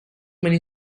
many